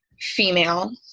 female